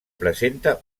presenta